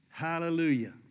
Hallelujah